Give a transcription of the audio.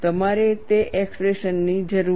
તમારે તે એક્સપ્રેશન ની જરૂર છે